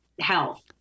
health